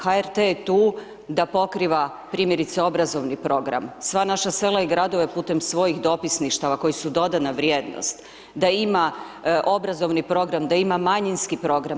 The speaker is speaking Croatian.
HRT je tu da pokriva primjerice obrazovni program, sva naša sela i gradove putem svojih dopisništava koji su dodana vrijednost, da ima obrazovni program, da ima manjinski program.